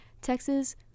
Texas